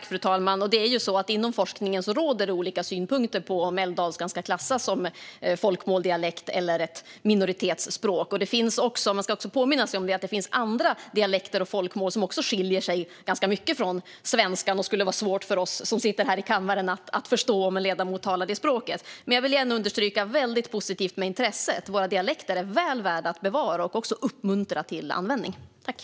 Fru talman! Det är ju så: Inom forskningen råder det olika syn på om älvdalskan ska klassas som folkmål, dialekt eller minoritetsspråk. Man ska även påminna sig om att det finns andra dialekter och folkmål som också skiljer sig ganska mycket från svenskan och skulle vara svåra för oss som sitter här i kammaren att förstå om en ledamot använde dem. Jag vill dock åter understryka att det är väldigt positivt med intresset. Våra dialekter är väl värda att bevara och också uppmuntra till användning av.